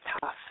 tough